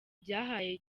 byahaye